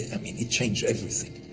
i mean, it changed everything.